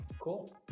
cool